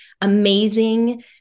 amazing